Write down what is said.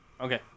Okay